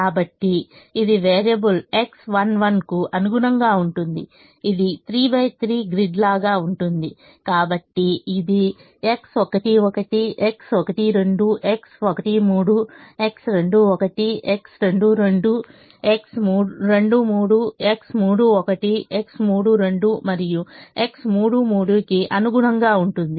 కాబట్టి ఇది variable X11 కు అనుగుణంగా ఉంటుంది ఇది 3 3 గ్రిడ్ లాగా ఉంటుంది కాబట్టి ఇది X11 X12 X13 X21 22 23 31 32 మరియు 33 కి అనుగుణంగా ఉంటుంది